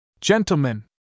Gentlemen